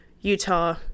Utah